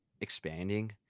expanding